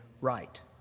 right